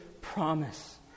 promise